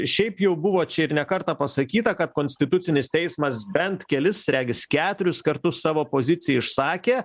šiaip jau buvo čia ir ne kartą pasakyta kad konstitucinis teismas bent kelis regis keturis kartus savo poziciją išsakė